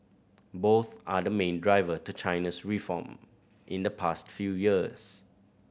both are the main driver to China's reform in the past few years